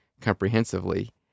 comprehensively